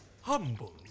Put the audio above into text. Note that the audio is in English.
Humble